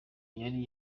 yari